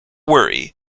worry